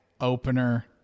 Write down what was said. opener